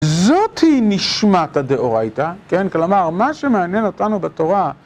זאתי נשמת הדאורייתא, כן? כלומר, מה שמעניין אותנו בתורה...